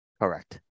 Correct